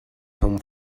home